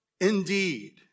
indeed